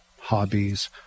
hobbies